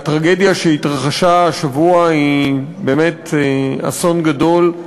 הטרגדיה שהתרחשה השבוע היא באמת אסון גדול,